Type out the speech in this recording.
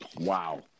wow